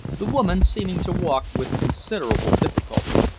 the woman seeming to walk with considerable difficulty.